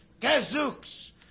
Gazooks